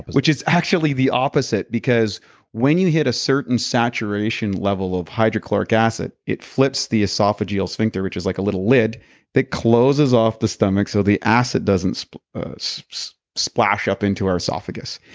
which is actually the opposite because when you hit a certain saturation level of hydrochloric acid it flips the esophageal sphincter which is like a little lid that closes off the stomach so the acid doesn't so ah so splash up into our esophagus.